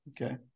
okay